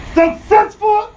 successful